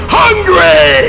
hungry